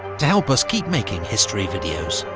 to help us keep making history videos.